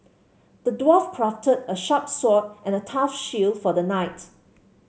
the dwarf crafted a sharp sword and a tough shield for the knight